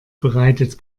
bereitet